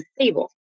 stable